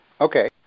okay